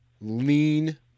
lean